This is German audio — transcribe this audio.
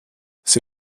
sie